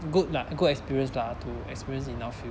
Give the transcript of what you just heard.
good lah good experience lah to experienced enough